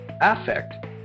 affect